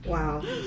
Wow